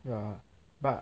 ya but